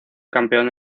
campeón